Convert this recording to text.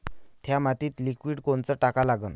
थ्या मातीत लिक्विड कोनचं टाका लागन?